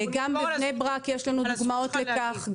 גם בבני ברק יש דוגמאות לכך.